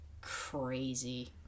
Crazy